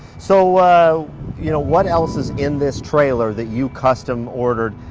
so you know, what else is in this trailer that you custom ordered?